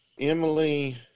Emily